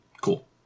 Cool